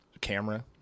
camera